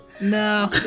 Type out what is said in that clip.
No